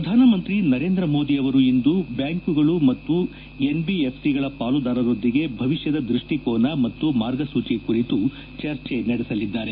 ಪ್ರಧಾನಮಂತ್ರಿ ನರೇಂದ್ರ ಮೋದಿ ಅವರು ಇಂದು ಬ್ಯಾಂಕುಗಳು ಮತ್ತು ಎನ್ಬಿಎಫ್ಬಗಳ ಪಾಲುದಾರರೊಂದಿಗೆ ಭವಿಷ್ಣದ ದೃಷ್ಟಿಕೋನ ಮತ್ತು ಮಾರ್ಗಸೂಚಿ ಕುರಿತು ಚರ್ಚೆ ನಡೆಸಲಿದ್ದಾರೆ